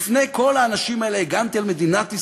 בפני כל האנשים האלה הגנתי על מדינת ישראל.